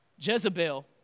Jezebel